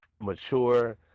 mature